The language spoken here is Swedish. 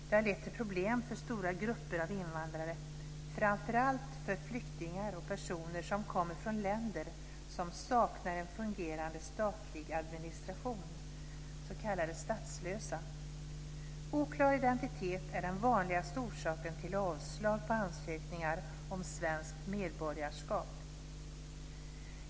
Det har lett till problem för stora grupper av invandrare, framför allt för flyktingar och personer som kommer från länder som saknar en fungerande statlig administration - s.k. statslösa. Oklar identitet är den vanligaste orsaken till avslag på ansökningar om svenskt medborgarskap.